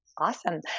Awesome